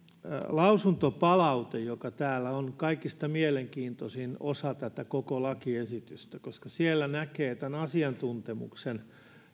lausuntopalaute on täällä kaikista mielenkiintoisin osa tätä koko lakiesitystä koska siellä näkee tämän asiantuntemuksen